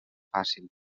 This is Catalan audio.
fàcil